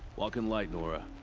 walk in light, nora.